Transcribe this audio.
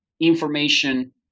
information